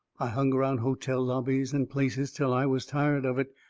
i hung around hotel lobbies and places till i was tired of it,